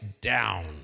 down